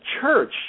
church